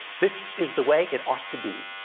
this is the way it ought to be.